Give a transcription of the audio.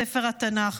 ספר התנ"ך.